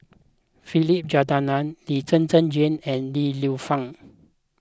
Philip Jeyaretnam Lee Zhen Zhen Jane and Li Lienfung